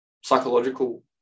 psychological